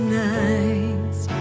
nights